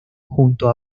junto